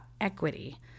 equity